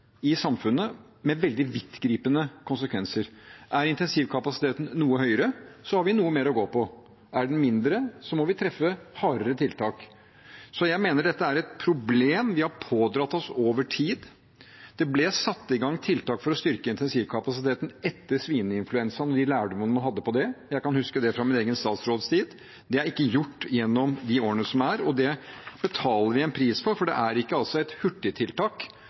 i samfunnet, med veldig vidtgripende konsekvenser. Er intensivkapasiteten noe høyere, har vi noe mer å gå på. Er den lavere, må vi treffe hardere tiltak. Jeg mener dette er et problem vi har pådratt oss over tid. Det ble satt i gang tiltak for å styrke intensivkapasiteten etter svineinfluensaen og de lærdommene man fikk av det. Jeg kan huske det fra min egen statsrådstid. Det er ikke gjort gjennom de årene som har vært, og det betaler vi en pris for, for det er ikke et